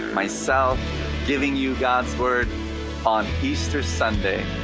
myself giving you god's word on easter sunday,